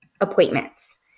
appointments